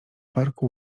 parku